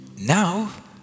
now